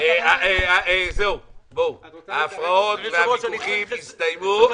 זהו, ההפרעות והוויכוחים הסתיימו.